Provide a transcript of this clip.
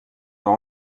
leur